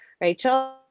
Rachel